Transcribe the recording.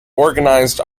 organized